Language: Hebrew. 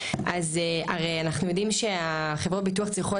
אז הרי אנחנו יודעים שחברות הביטוח צריכות